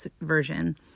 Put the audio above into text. version